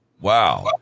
Wow